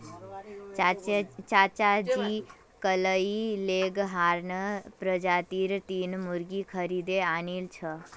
चाचाजी कइल लेगहॉर्न प्रजातीर तीन मुर्गि खरीदे आनिल छ